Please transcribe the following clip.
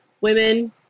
women